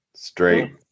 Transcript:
Straight